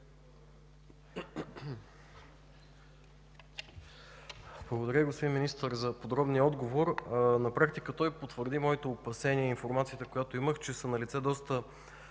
Благодаря, господин Министър, за подробния отговор. На практика той потвърди моите опасения и информацията, която имах, че са налице доста